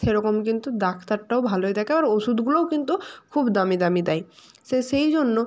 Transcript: সেরকম কিন্তু ডাক্তারটাও ভালোই দেখে আর ওষুধগুলোও কিন্তু খুব দামি দামি দেয় সেই জন্য